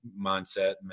mindset